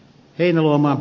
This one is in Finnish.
heinäluoma